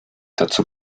dazu